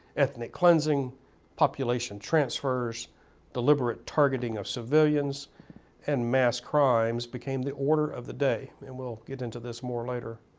ethnic cleansing population transfers deliberate targeting of civilians and mass crimes became the order of the day and we'll get into this more later.